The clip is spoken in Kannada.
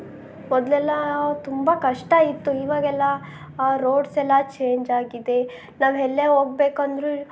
ಮೊದಲೆಲ್ಲ ತುಂಬ ಕಷ್ಟ ಇತ್ತು ಇವಾಗೆಲ್ಲ ರೋಡ್ಸೆಲ್ಲ ಚೇಂಜಾಗಿದೆ ನಾವು ಎಲ್ಲೇ ಹೋಗಬೇಕಂದ್ರೂ